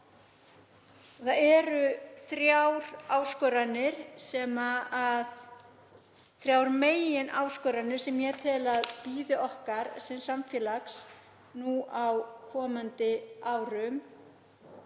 Það eru þrjár megináskoranir sem ég tel að bíði okkar sem samfélags á komandi árum.